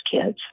kids